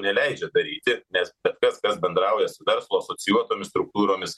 neleidžia daryti nes bet kas kas bendrauja su verslo asocijuotomis struktūromis